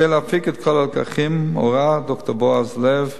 כדי להפיק את כל הלקחים הורה ד"ר בועז לב,